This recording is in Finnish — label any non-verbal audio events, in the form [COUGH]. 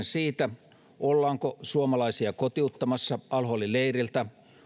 [UNINTELLIGIBLE] siitä ollaanko suomalaisia kotiuttamassa al holin leiriltä